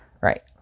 Right